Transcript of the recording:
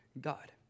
God